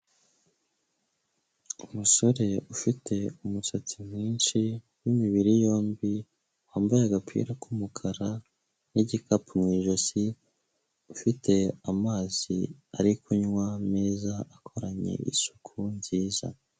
Umusore ufite umusatsi mwinshi w'imibiri yombi, wambaye agapira k'umukara n'igikapu mu ijosi, ufite amazi ari kunywa meza, akoranye isuku nziza.